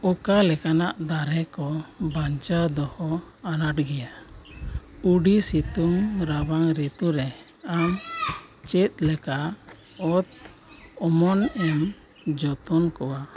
ᱚᱠᱟ ᱞᱮᱠᱟᱱᱟᱜ ᱫᱟᱨᱮ ᱠᱚ ᱵᱟᱧᱪᱟᱣ ᱫᱚᱦᱚ ᱟᱱᱟᱴ ᱜᱮᱭᱟ ᱟᱹᱰᱤ ᱥᱤᱛᱩᱝ ᱨᱟᱵᱟᱝ ᱨᱤᱛᱩ ᱨᱮ ᱟᱢ ᱪᱮᱫ ᱞᱮᱠᱟ ᱚᱛ ᱩᱢᱚᱱ ᱮᱢ ᱡᱚᱛᱚᱱ ᱠᱚᱣᱟ